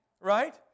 Right